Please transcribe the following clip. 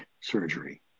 surgery